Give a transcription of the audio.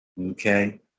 Okay